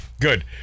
good